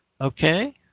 Okay